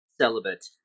celibate